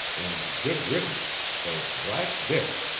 and good riddance, for it's black dick.